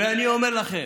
ואני אומר לכם: